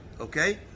okay